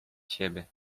siebie